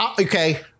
okay